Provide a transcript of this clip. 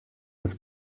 des